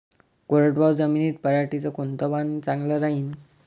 कोरडवाहू जमीनीत पऱ्हाटीचं कोनतं वान चांगलं रायीन?